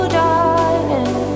darling